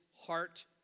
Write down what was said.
heart